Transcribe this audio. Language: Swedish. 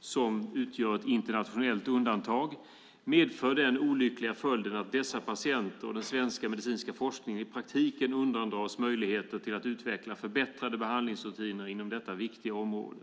som utgör ett internationellt undantag. Utskottet noterar också att denna brist medför den olyckliga följden att dessa patienter och den svenska medicinska forskningen i praktiken undandras möjligheter till att utveckla förbättrade behandlingsrutiner inom detta viktiga område.